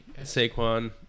Saquon